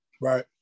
Right